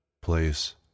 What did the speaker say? place